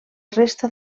resta